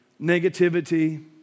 negativity